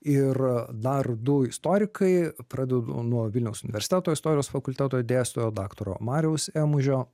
ir dar du istorikai pradedu nuo vilniaus universiteto istorijos fakulteto dėstytojo daktaro mariaus emužio